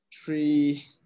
three